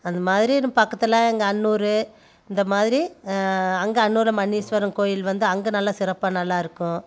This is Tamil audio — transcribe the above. அந்த மாதிரி பக்கத்தில் எங்கள் அன்னுார் இந்த மாதிரி அங்கே அன்னுார் மணீஸ்வரன் கோயில் வந்து அங்கே நல்ல சிறப்பாக நல்லாயிருக்கும்